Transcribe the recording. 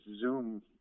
Zoom